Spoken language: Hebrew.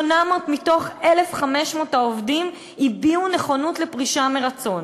800 מתוך 1,500 העובדים הביעו נכונות לפרישה מרצון,